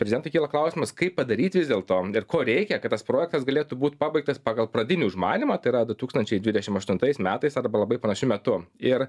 prezidentui kyla klausimas kaip padaryt vis dėlto ir ko reikia kad tas projektas galėtų būt pabaigtas pagal pradinį užmanymą tai yra du tūkstančiai dvidešim aštuntais metais arba labai panašiu metu ir